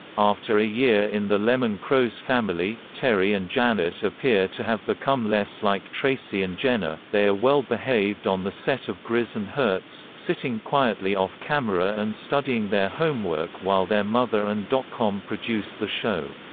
after a year in the lemon-chros family, terry and janet appear to have become less like tracy and jenna they are well-behaved on the set of grizz and herz, sitting quietly off-camera and studying their homework while their mother and dot com produce the show.